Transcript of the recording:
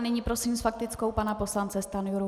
Nyní prosím s faktickou pana poslance Stanjuru.